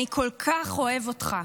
אני כל כך אוהב אותך.